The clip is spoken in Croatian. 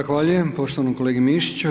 Zahvaljujem poštovanom kolegi Mišiću.